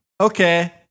Okay